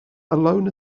alone